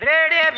Ready